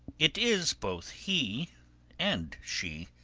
it is both he and she,